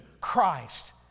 Christ